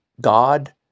God